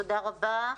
תודה רבה,